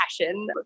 passion